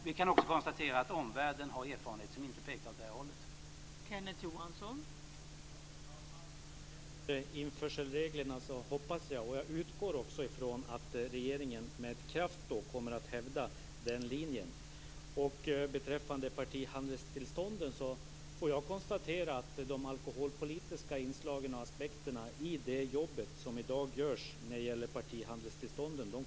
Vi kan också konstatera att omvärlden har erfarenheter som inte pekar åt detta håll.